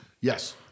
Yes